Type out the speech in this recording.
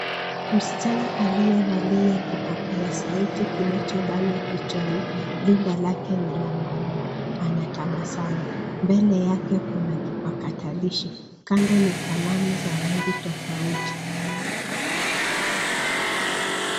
Msichana aliyevalia kipokea sauti kinachobanwa kichwani. Rinda lake ni la maua, anatabasamu. Mbele yake kuna kipakatalishi. Kando ni kalamu za rangi tofauti.